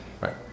Right